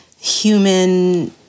human